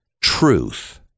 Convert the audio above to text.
truth